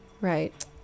Right